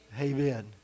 Amen